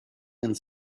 and